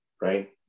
right